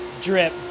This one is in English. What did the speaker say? drip